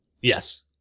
Yes